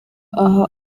aha